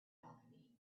alchemy